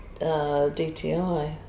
DTI